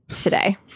today